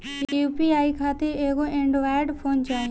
UPI खातिर एगो Android phone चाही